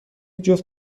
جفت